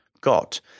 got